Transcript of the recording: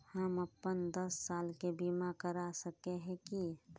हम अपन दस साल के बीमा करा सके है की?